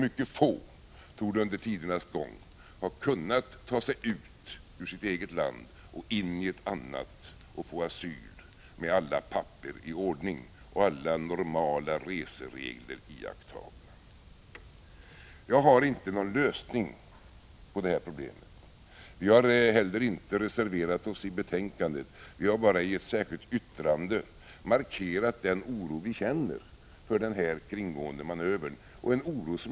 Mycket få torde under tidernas gång ha kunnat ta sig ut ur sitt eget land och in i ett annat och där få asyl med alla papper i ordning och alla normala reseregler iakttagna. Jag har inte någon lösning på det här problemet. Vi har inte heller reserverat oss i utskottet. Vi har bara i ett särskilt yttrande markerat den oro vi känner för den här kringgående manövern.